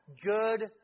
good